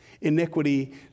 Iniquity